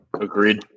Agreed